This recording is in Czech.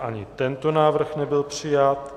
Ani tento návrh nebyl přijat.